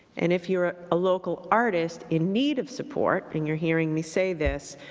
and if you are a local artist in need of support and you are hearing me say this,